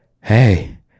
Hey